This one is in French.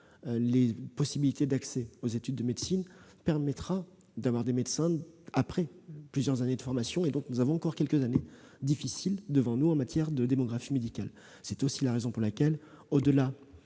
les possibilités d'accès aux études de médecine permettra d'avoir des médecins après plusieurs années de formation. Nous avons donc encore quelques années difficiles devant nous en matière de démographie médicale. C'est aussi la raison pour laquelle, au-delà